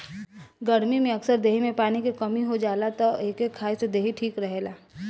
गरमी में अक्सर देहि में पानी के कमी हो जाला तअ एके खाए से देहि ठीक रहेला